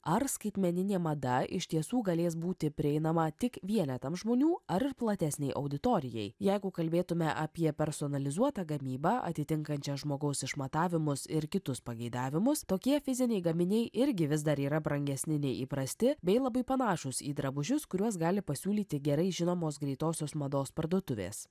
ar skaitmeninė mada iš tiesų galės būti prieinama tik vienetams žmonių ar ir platesnei auditorijai jeigu kalbėtume apie personalizuotą gamybą atitinkančią žmogaus išmatavimus ir kitus pageidavimus tokie fiziniai gaminiai irgi vis dar yra brangesni nei įprasti bei labai panašūs į drabužius kuriuos gali pasiūlyti gerai žinomos greitosios mados parduotuvės